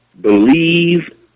believe